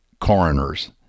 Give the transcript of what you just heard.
coroners